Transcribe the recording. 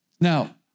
Now